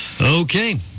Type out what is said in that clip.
Okay